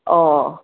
ꯑꯣ